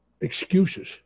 excuses